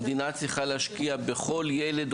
המדינה צריכה להשקיע את אותו הדבר בכל ילד,